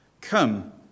Come